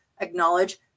acknowledge